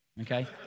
okay